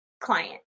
client